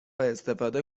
استفاده